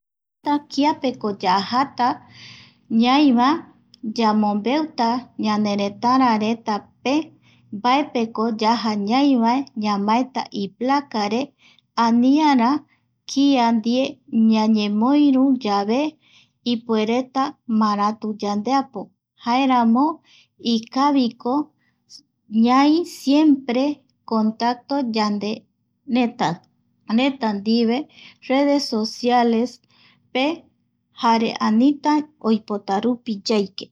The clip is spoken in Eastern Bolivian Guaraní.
kiapeko yajata ñai va, yamombeuta ñaneretara retape mbaepe ko yaja ñai va, ñamaeta iplacare aniara kia ndie ñañemoiri yave ipuereta maratu yandeapo jaeramo ikaviko ñai siempre contacto yane y reta reta ndive redes socialespe jare anita oipotarupi yaike.